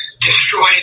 destroyed